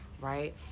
right